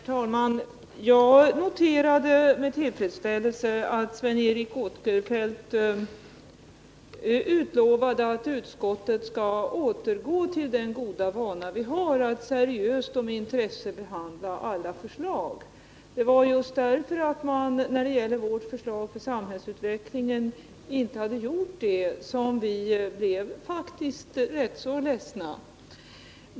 Herr talman! Jag noterar med tillfredsställelse att Sven Eric Åkerfeldt utlovade att utskottet skall återgå till den goda vana vi har att seriöst och med intresse behandla alla förslag. Det var just därför att man när det gäller vårt förslag om en plan för samhällsutvecklingen inte hade gjort detta som vi faktiskt blev rätt ledsna.